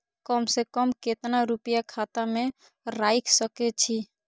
कम से कम केतना रूपया खाता में राइख सके छी?